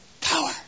Power